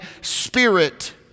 Spirit